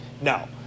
No